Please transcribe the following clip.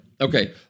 Okay